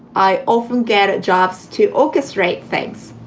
i often get jobs to orchestrate things.